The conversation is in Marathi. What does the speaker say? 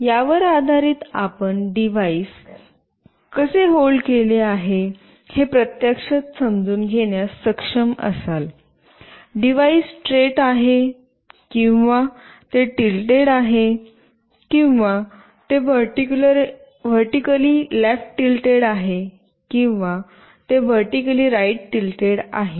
यावर आधारीत आपण डिव्हाइस आपण कसे होल्ड केले आहे हे प्रत्यक्षात समजून घेण्यास सक्षम असाल डिव्हाइस स्ट्रेट आहे किंवा ते टिल्टेड आहे किंवा ते व्हर्टीकली लेफ्ट टिल्टेड आहे किंवा ते व्हर्टीकली राइट टिल्टेड आहे